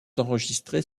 enregistrées